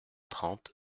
trente